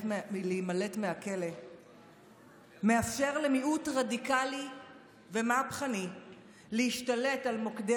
מהכלא מאפשר למיעוט רדיקלי ומהפכני להשתלט על מוקדי